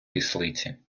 кислиці